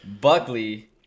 Buckley